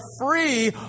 free